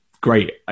Great